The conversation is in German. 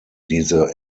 diese